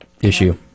issue